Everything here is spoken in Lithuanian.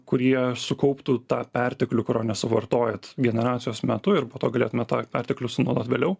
kurie sukauptų tą perteklių kurio nesuvartojat generacijos metu ir po to galėtumėt tą perteklių sunaudot vėliau